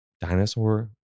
dinosaur